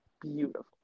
beautiful